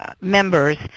members